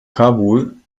kabul